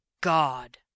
God